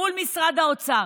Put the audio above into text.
מול משרד האוצר.